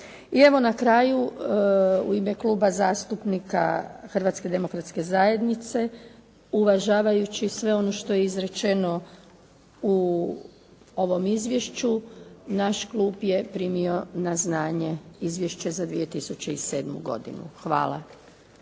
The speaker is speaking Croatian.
I evo na kraju u ime Kluba zastupnika Hrvatske demokratske zajednice uvažavajući sve ono što je izrečeno u ovom izvješću naš Klub je primio na znanje izvješće za 2007. godinu. Hvala.